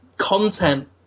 content